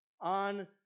on